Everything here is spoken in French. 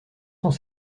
sont